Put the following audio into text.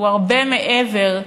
הוא הרבה מעבר,